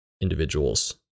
individuals